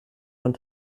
von